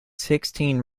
sixteen